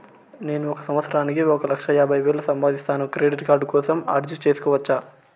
నేను ఒక సంవత్సరానికి ఒక లక్ష యాభై వేలు సంపాదిస్తాను, క్రెడిట్ కార్డు కోసం అర్జీ సేసుకోవచ్చా?